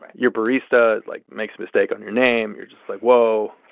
but your barista, like, makes a mistake on your name. you're just like, whoa,